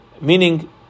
Meaning